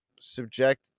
subject